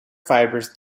fibers